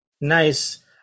Nice